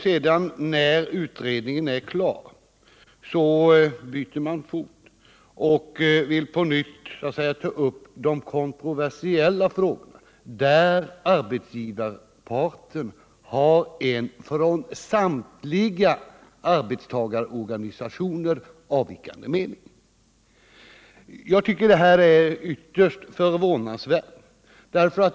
Men när utredningen sedan är klar, byter man fot och vill på nytt ta upp de kontroversiella frågorna, där arbetsgivarparten har en från samtliga arbetstagarorganisationer avvikande mening. Jag tycker detta är ytterst förvånansvärt.